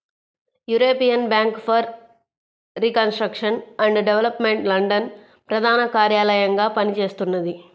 European Bank for Reconstruction and Development London ప్రధాన కార్యాలయంగా పనిచేస్తున్నది